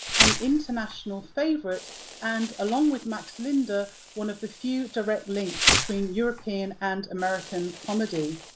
an international favourite and along with max linder one of the few direct links between european and american comedy.